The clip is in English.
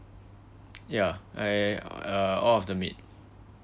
ya I uh all of the meat